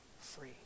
free